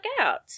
out